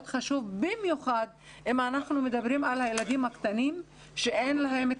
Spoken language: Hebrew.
חשוב במיוחד אם אנחנו מדברים על הילדים הקטנים אין להם את